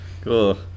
Cool